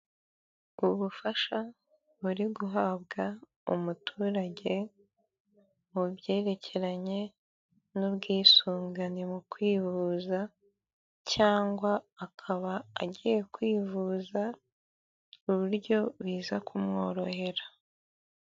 Ubufasha buri guhabwa umuturage mu byerekeranye n'ubwisungane mu kwivuza cyangwa akaba agiye kwivuza ku buryo biza kumworohera.